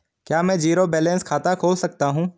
क्या मैं zero balance खाता खोल सकता हूँ?